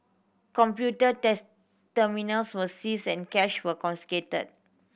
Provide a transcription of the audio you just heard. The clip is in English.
computer terminals were seized and cash was confiscated